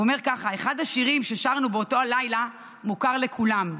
והוא אומר ככה: אחד השירים ששרנו באותו הלילה מוכר לכולם,